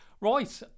right